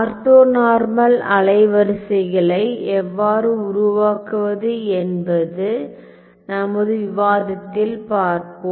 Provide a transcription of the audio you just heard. orthonormal அலைவரிசைகளை எவ்வாறு உருவாக்குவது என்பதை நமது விவாதத்தில் பார்ப்போம்